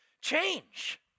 change